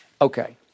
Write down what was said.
Okay